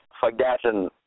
forgotten